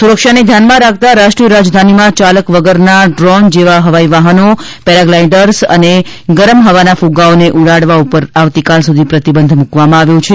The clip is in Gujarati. સુરક્ષાને ધ્યાનમાં રાખતા રાષ્ટ્રીય રાજધાનીમાં ચાલક વગરના ડ્રોન જેવા હવાઈ વાહનો પૈરાગ્લાઈડર્સ અને ગરમ હવાના ફગ્ગાઓને ઉડાવવા પર આવતીકાલ સુધી પ્રતિબંધ મુકવામાં આવ્યો છે